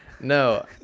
No